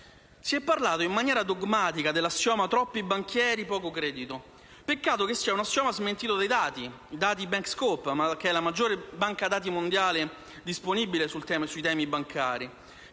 Si è parlato in maniera dogmatica dell'assioma «troppi banchieri, poco credito»; peccato sia smentito dai dati (dati Bankscope, la maggiore banca dati mondiale disponibile sui temi bancari),